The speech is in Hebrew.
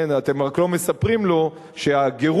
אתם רק לא מספרים לו שהגירוש,